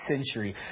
century